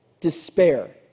Despair